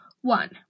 one